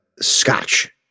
scotch